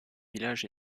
village